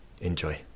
Enjoy